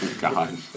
God